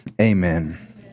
Amen